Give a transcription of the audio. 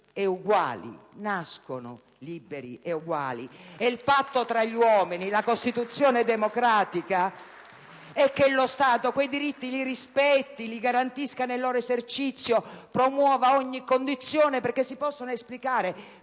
dai Gruppi PD e IdV).* E il patto tra gli uomini, la Costituzione democratica, è che lo Stato quei diritti li rispetti, li garantisca nel loro esercizio, promuova ogni condizione perché si possano esplicare,